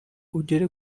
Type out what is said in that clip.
ugere